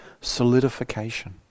solidification